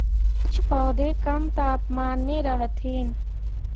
कुछ पौधे कम तापमान में रहथिन